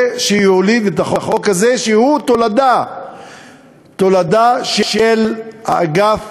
ושיולידו את החוק הזה, שהוא תולדה של אגף